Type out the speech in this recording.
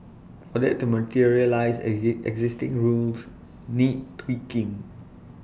for that to materialise existing rules need tweaking